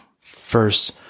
first